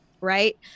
right